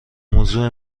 موضوع